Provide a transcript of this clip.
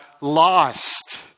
lost